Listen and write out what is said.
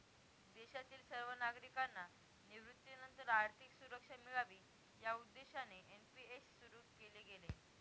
देशातील सर्व नागरिकांना निवृत्तीनंतर आर्थिक सुरक्षा मिळावी या उद्देशाने एन.पी.एस सुरु केले गेले